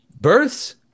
births